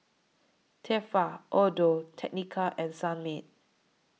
Tefal Audio Technica and Sunmaid